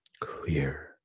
clear